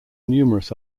numerous